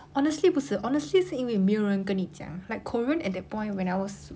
honestly 不是 honestly 是因为没有人跟你讲 like korean at that point when I was